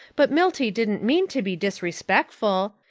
but milty didn't mean to be disrespeckful.